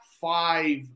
five